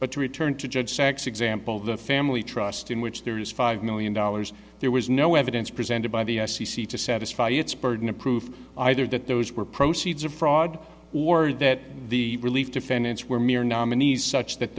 but returned to judge sachs example the family trust in which there is five million dollars there was no evidence presented by the f c c to satisfy its burden of proof either that those were proceeds of fraud or that the relief defendants were mere nominees such that